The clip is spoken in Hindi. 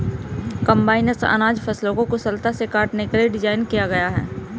कम्बाइनस अनाज फसलों को कुशलता से काटने के लिए डिज़ाइन किया गया है